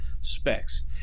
specs